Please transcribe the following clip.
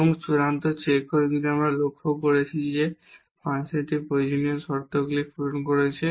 এবং চূড়ান্ত চেক যদি আমরা লক্ষ্য করেছি যে ফাংশনটি প্রয়োজনীয় শর্তগুলি পূরণ করেছে